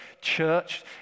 church